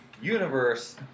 Universe